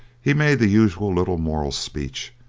he made the usual little moral speech,